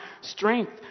Strength